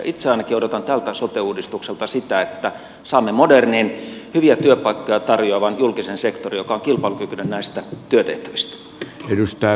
itse ainakin odotan tältä sote uudistukselta sitä että saamme modernin hyviä työpaikkoja tarjoavan julkisen sektorin joka on kilpailukykyinen näissä työtehtävissä